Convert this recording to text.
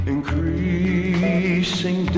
Increasing